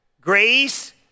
Grace